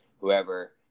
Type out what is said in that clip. whoever